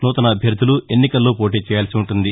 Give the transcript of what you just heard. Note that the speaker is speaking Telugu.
నూతన అభ్యర్థలు ఎన్నికల్లో పోటీ చేయాల్సి ఉంటుంది